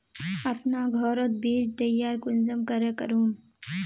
अपना घोरोत बीज तैयार कुंसम करे करूम?